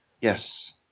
Yes